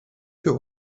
für